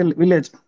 village